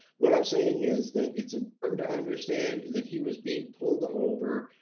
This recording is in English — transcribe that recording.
what i'm saying is that it's important to understand that he was being pulled over,